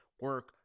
Work